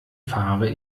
fahre